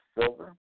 silver